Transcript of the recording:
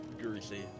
greasy